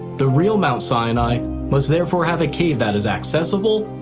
the real mount sinai must therefore have a cave that is accessible,